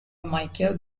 michael